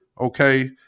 okay